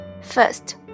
First